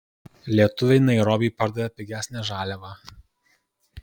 lietuviai nairobiui pardavė pigesnę žaliavą